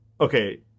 Okay